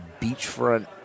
beachfront